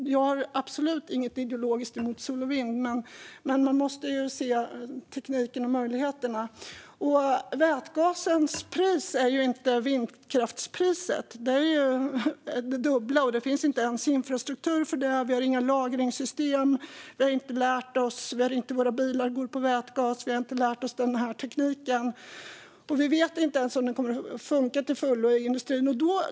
Jag har absolut inget ideologiskt emot sol och vind, men man måste se på de möjligheter som tekniken ger. Priset för vätgas är inte detsamma som priset för vindkraft. Det är det dubbla, och det finns inte ens infrastruktur för vätgas. Det finns inga lagringssystem, våra bilar går inte på vätgas och vi har inte lärt oss tekniken. Vi vet inte ens om gasen kommer att funka till fullo inom industrin.